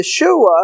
Yeshua